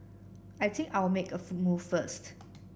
I think I'll make a move first